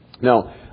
Now